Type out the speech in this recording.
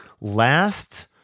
last